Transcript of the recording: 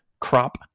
crop